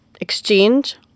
exchange